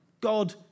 God